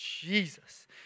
Jesus